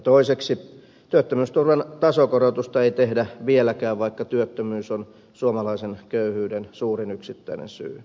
toiseksi työttömyysturvan tasokorotusta ei tehdä vieläkään vaikka työttömyys on suomalaisen köyhyyden suurin yksittäinen syy